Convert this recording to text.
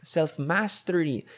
Self-mastery